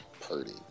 Purdy